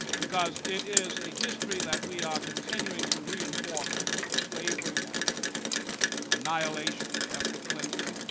because it is a history that we are continuing to reinforce of slavery and annihilation and ethnic cleansing,